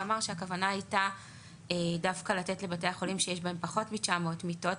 ואמר שהכוונה הייתה דווקא לתת לבתי החולים שיש בהם פחות מ-900 מיטות.